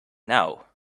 now